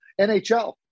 NHL